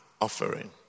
offering